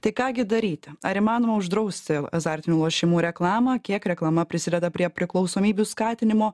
tai ką gi daryti ar įmanoma uždrausti azartinių lošimų reklamą kiek reklama prisideda prie priklausomybių skatinimo